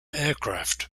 aircraft